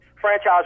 Franchise